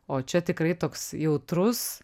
o čia tikrai toks jautrus